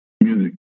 Music